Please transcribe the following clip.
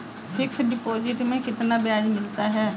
Fix deposit में कितना ब्याज मिलता है?